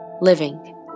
Living